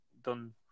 Done